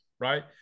right